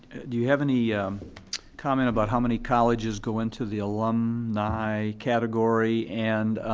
you have any comment about how many colleges go into the alumni category and